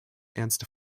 ernste